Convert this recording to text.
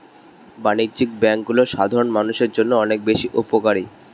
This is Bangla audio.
বাণিজ্যিক ব্যাংকগুলো সাধারণ মানুষের জন্য অনেক বেশি উপকারী